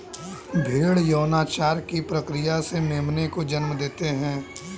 भ़ेड़ यौनाचार की प्रक्रिया से मेमनों को जन्म देते हैं